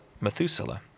Methuselah